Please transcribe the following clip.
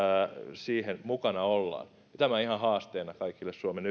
siinä mukana ollaan tämä ihan haasteena kaikille suomen